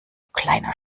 kleiner